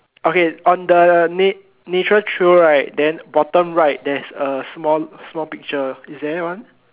okay on the natural trail right then then bottom right there's a small picture is there one